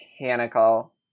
Mechanical